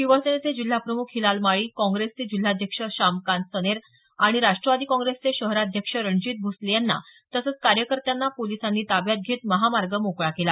शिवसेनेचे जिल्हाप्रमुख हिलाल माळी काँग्रेसचे जिल्हाध्यक्ष शामकांत सनेर आणि राष्ट्रवादी काँग्रेसचे शहराध्यक्ष रणजीत भोसले यांना तसंच कार्यकर्त्यांना पोलिसांनी ताब्यात घेत महामार्ग मोकळा केला